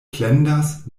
plendas